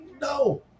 No